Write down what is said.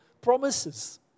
promises